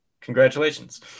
Congratulations